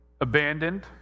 abandoned